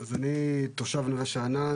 אני תושב נווה שאנן,